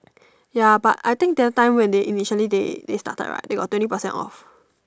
ya but I think the time when they initially they started right they got twenty percent off